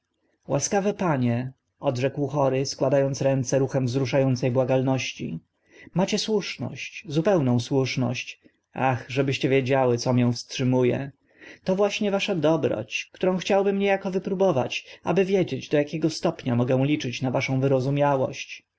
łaskawe panie odrzekł chory składa ąc ręce ruchem wzrusza ące błagalności macie słuszność zupełną słuszność ach żebyście wiedziały co mię wstrzymu e to właśnie wasza dobroć którą chciałbym nie ako wypróbować aby wiedzieć do akiego stopnia mogę liczyć na waszą